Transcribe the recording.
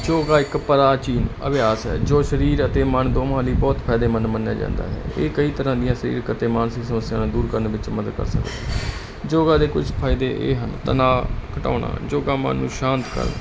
ਯੋਗਾ ਇੱਕ ਪ੍ਰਾਚੀਨ ਅਭਿਆਸ ਹੈ ਜੋ ਸਰੀਰ ਅਤੇ ਮਨ ਦੋਵਾਂ ਲਈ ਬਹੁਤ ਫਾਇਦੇਮੰਦ ਮੰਨਿਆ ਜਾਂਦਾ ਇਹ ਕਈ ਤਰ੍ਹਾਂ ਦੀਆਂ ਸਰੀਰਕ ਅਤੇ ਮਾਨਸਿਕ ਸਮੱਸਿਆ ਨਾਲ ਦੂਰ ਕਰਨ ਵਿੱਚ ਮਦਦ ਕਰਦਾ ਯੋਗਾ ਦੇ ਕੁਝ ਫਾਇਦੇ ਇਹ ਹਨ ਤਨਾਵ ਘਟਾਨਾ ਮਨ ਨੂੰ ਸ਼ਾਂਤ